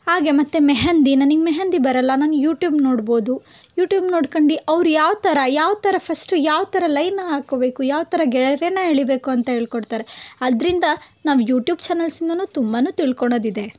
ಹಾಗೆ ಮತ್ತೆ ಮೆಹಂದಿ ನನಗೆ ಮೆಹಂದಿ ಬರೋಲ್ಲ ನಾನು ಯೂಟ್ಯೂಬ್ ನೋಡ್ಬೋದು ಯೂಟ್ಯೂಬ್ ನೋಡ್ಕೊಂಡು ಅವ್ರು ಯಾವ ಥರ ಯಾವ ಥರ ಫಸ್ಟು ಯಾವ ಥರ ಲೈನ್ ಹಾಕ್ಕೋಬೇಕು ಯಾವ ಥರ ಗೆರೆನಾ ಎಳೀಬೇಕು ಅಂತ ಹೇಳ್ಕೊಡ್ತಾರೆ ಅದರಿಂದ ನಾವು ಯೂಟ್ಯೂಬ್ ಚಾನೆಲ್ಸಿಂದಾನೂ ತುಂಬಾ ತಿಳ್ಕೊಳೋದಿದೆ